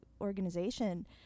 organization